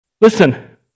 Listen